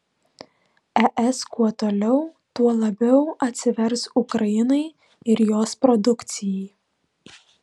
es kuo toliau tuo labiau atsivers ukrainai ir jos produkcijai